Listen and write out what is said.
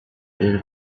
den